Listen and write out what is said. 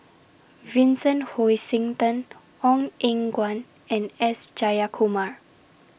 Vincent Hoisington Ong Eng Guan and S Jayakumar